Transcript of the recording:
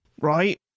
right